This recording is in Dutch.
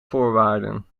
voorwaarden